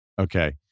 Okay